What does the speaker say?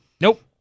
Nope